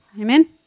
Amen